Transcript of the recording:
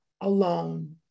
alone